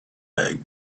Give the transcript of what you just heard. egg